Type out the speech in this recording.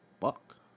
fuck